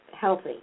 healthy